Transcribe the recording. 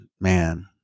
man